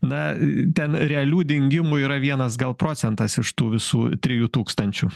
na ten realių dingimų yra vienas gal procentas iš tų visų trijų tūkstančių